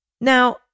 Now